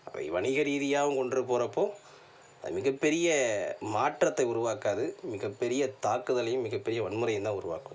அவை வணிக ரீதியாகவும் கொண்டு போகிறப்போ மிகப்பெரிய மாற்றத்தை உருவாக்காது மிகப்பெரிய தாக்குதலையும் மிகப்பெரிய வன்முறையும் தான் உருவாக்கும்